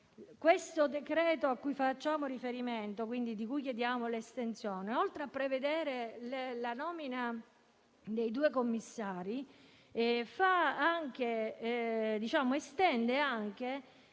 Il provvedimento cui facciamo riferimento e di cui chiediamo l'estensione, oltre a prevedere la nomina dei due commissari, estende la